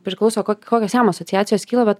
priklauso ko kokios jam asociacijos kyla vat